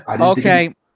Okay